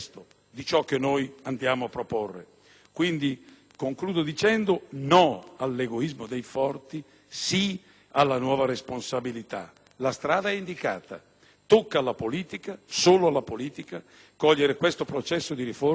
Concludo dicendo no all'egoismo dei forti, sì alla nuova responsabilità. La strada è indicata: tocca alla politica, e solo alla politica, cogliere questo processo di riforma, tenendo conto che l'Italia dei Valori,